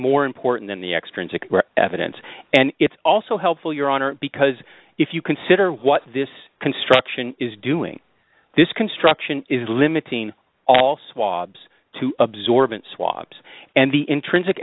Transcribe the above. more important than the extrinsic evidence and it's also helpful your honor because if you consider what this construction is doing this construction is limiting all swabs to absorbent swabs and the intrinsic